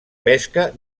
pesca